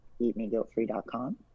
eatmeguiltfree.com